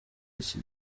iki